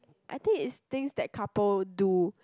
I think it's things that couple do